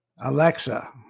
Alexa